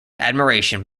admiration